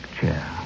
chair